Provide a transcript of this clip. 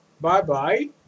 bye-bye